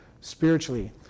spiritually